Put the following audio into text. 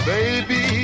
Baby